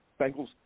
Bengals